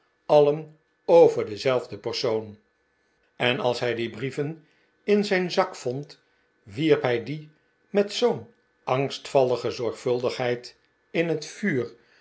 alien over denzelfden persoon en als hij die brieven in zijn zak vond wierp hij die met zoo'n angstvallige zorgvuldigheid in het vuur